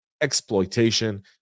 exploitation